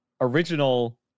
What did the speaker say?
original